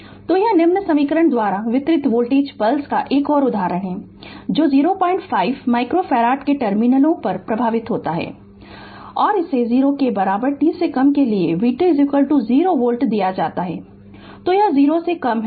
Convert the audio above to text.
Refer Slide Time 0025 तो यह निम्न समीकरण द्वारा वितरित वोल्टेज पल्स का एक और उदाहरण है जो 05 माइक्रो फैराड के टर्मिनलों पर प्रभावित होता है तो और इसे 0 के बराबर t से कम के लिए vt 0 वोल्ट दिया जाता है यह 0 से कम है